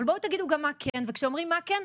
אבל בואו תגידי גם מה כן וכשאומרים מה כן,